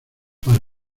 para